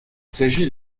s’agit